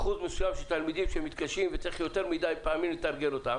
אתם יודעים לומר לנו מה אחוז התלמידים שלומדים לתיאוריה במערכת החינוך?